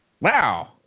Wow